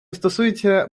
стосується